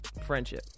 friendship